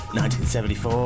1974